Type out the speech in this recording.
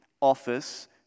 office